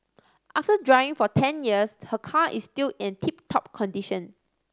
after driving for ten years her car is still in tip top condition